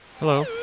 Hello